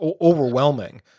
overwhelming